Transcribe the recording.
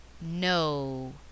no